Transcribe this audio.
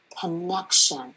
connection